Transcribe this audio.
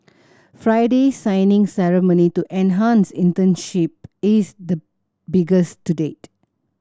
Friday's signing ceremony to enhance internship is the biggest to date